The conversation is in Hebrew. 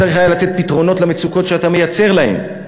צריך היה לתת פתרונות למצוקות שאתה מייצר להם.